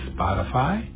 Spotify